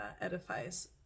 edifies